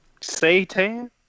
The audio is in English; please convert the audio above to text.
Satan